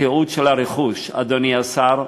התיעוד של הרכוש, אדוני השר,